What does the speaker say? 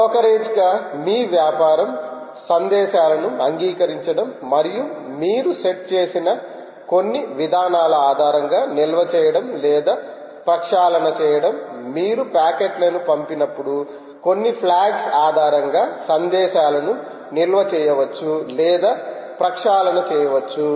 brokerage గా మీ వ్యాపారం సందేశాలను అంగీకరించడం మరియు మీరు సెట్ చేసిన కొన్ని విధానాల ఆధారంగా నిల్వ చేయడం లేదా ప్రక్షాళన చేయడం మీరు ప్యాకెట్లను పంపినప్పుడు కొన్ని ఫ్లాగ్స్ ఆధారంగా సందేశాలను నిల్వ చేయవచ్చు లేదా ప్రక్షాళన చేయవచ్చు